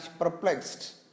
perplexed